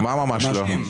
מה "ממש לא"?